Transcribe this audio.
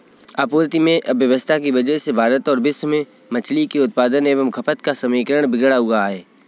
आपूर्ति में अव्यवस्था की वजह से भारत और विश्व में मछली के उत्पादन एवं खपत का समीकरण बिगड़ा हुआ है